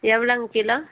எவ்ளோங்க kilo